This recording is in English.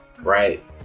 right